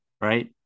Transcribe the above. right